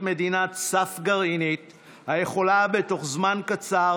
מדינת סף גרעינית היכולה בתוך זמן קצר